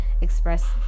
express